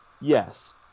Yes